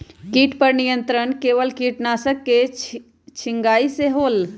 किट पर नियंत्रण केवल किटनाशक के छिंगहाई से होल?